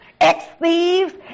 ex-thieves